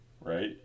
right